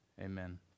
Amen